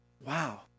Wow